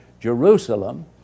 Jerusalem